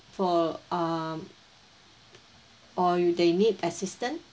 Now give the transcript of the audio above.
for um or you they need assistant